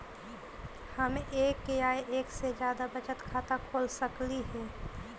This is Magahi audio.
हम एक या एक से जादा बचत खाता खोल सकली हे?